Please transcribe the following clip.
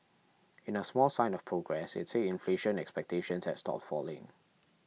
in a small sign of progress it said inflation expectations had stopped falling